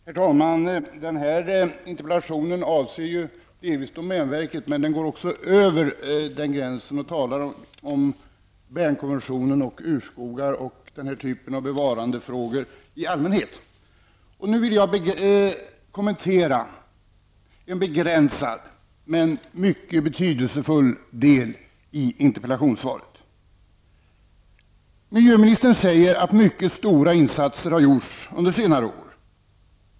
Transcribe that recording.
Herr talman! Den här interpellationen avser ju delvis domänverket, men den går också över den gränsen och talar om Bern-konventionen, urskogar och den här typen av bevarandefrågor i allmänhet. Nu vill jag kommentera en begränsad men mycket betydelsefull del av interpellationssvaret. Miljöministern säger att: ''mycket stora insatser har gjorts under senare år.